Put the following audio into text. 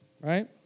right